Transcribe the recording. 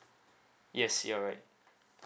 yes you're right